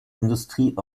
industrie